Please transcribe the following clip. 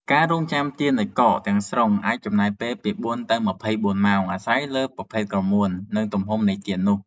ការរង់ចាំឱ្យទៀនកកទាំងស្រុងអាចចំណាយពេលពី ៤ ទៅ ២៤ ម៉ោង អាស្រ័យលើប្រភេទក្រមួន និងទំហំនៃទៀននោះ។